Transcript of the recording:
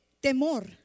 temor